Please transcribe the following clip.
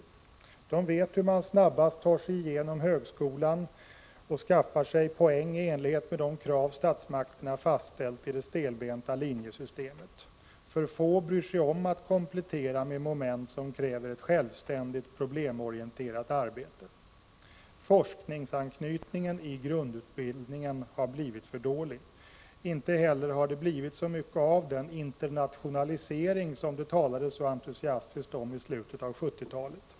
Eleverna vet hur man snabbast tar sig igenom högskolan och skaffar sig poäng i enlighet med de krav som statsmakterna har fastställt i det stelbenta linjesystemet. För få bryr sig om att komplettera med moment som kräver ett självständigt, problemorienterat arbete. Forskningsanknytningen i grundutbildningen har blivit för dålig. Inte heller har det blivit så mycket av den internationalisering som det talades så entusiastiskt om i slutet av 1970-talet.